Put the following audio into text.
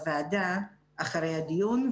להעביר לוועדה אחרי הדיון.